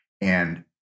And-